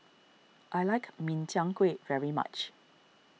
I like Min Chiang Kueh very much